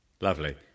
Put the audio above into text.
Lovely